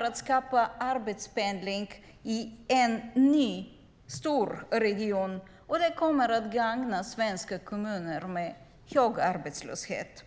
att skapa arbetspendling i en ny stor region, och det kommer att gagna svenska kommuner med hög arbetslöshet.